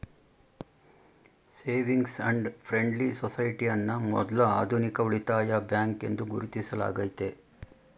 savings and friendly society ಅನ್ನ ಮೊದ್ಲ ಆಧುನಿಕ ಉಳಿತಾಯ ಬ್ಯಾಂಕ್ ಎಂದು ಗುರುತಿಸಲಾಗೈತೆ